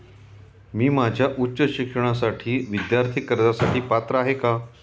मी माझ्या उच्च शिक्षणासाठी विद्यार्थी कर्जासाठी पात्र आहे का?